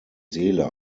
seele